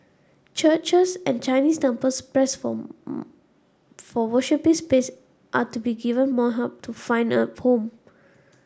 churches and Chinese temples pressed for worshipping space are to be given more help to find a home